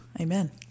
Amen